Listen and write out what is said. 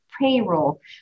payroll